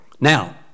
Now